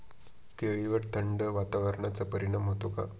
केळीवर थंड वातावरणाचा परिणाम होतो का?